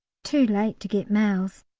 too late to get mails,